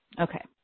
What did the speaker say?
okay